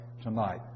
tonight